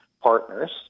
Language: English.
partners